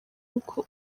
uko